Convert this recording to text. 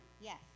Yes